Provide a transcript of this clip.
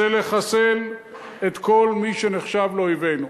וזה לחסל את כל מי שנחשב לאויבנו.